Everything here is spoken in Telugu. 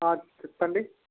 చెప్పండి